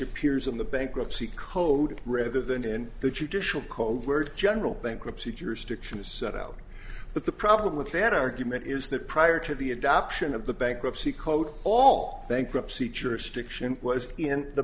appears in the bankruptcy code rather than in the judicial code word general bankruptcy jurisdiction is set out but the problem with that argument is that prior to the adoption of the bankruptcy code all bankruptcy jurisdiction was in the